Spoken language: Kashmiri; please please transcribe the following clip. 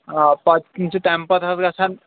آ پتہٕ چھِ تَمہِ پتہٕ حظ گژھان